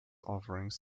offerings